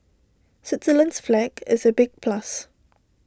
Switzerland's flag is A big plus